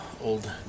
old